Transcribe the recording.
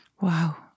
Wow